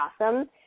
awesome